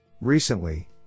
Recently